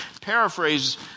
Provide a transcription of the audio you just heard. paraphrase